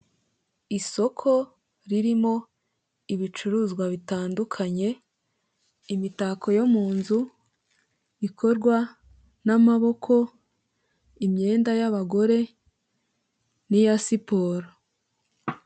Isoko ririmo ibicuruzwa bitandukanye: imitako yo mu nzu ikorwa n'amaboko, imyenda y abagore, n'iya siporo.